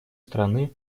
стороны